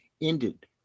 ended